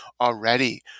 already